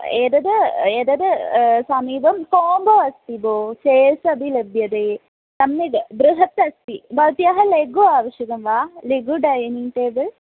एतद् एतद् समीपं कोम्बो अस्ति भो चेर्स् अपि लभ्यते सम्यग् बृहत् अस्ति भवत्याः लघु आवश्यकं वा लघु डैनिङ्ग् टेबल्